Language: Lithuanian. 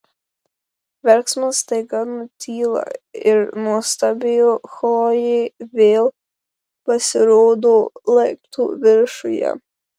verksmas staiga nutyla ir nuostabioji chlojė vėl pasirodo laiptų viršuje